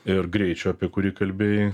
ir greičio apie kurį kalbėjai